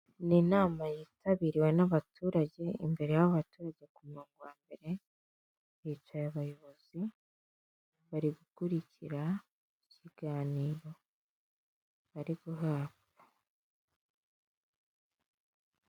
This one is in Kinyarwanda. Ni inama yitabiriwe n'abaturage, imbere y'abo baturage ku murongo wa mbere hicaye abayobozi, bari gukurikira ikiganiro bari guhabwa.